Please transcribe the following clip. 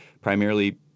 primarily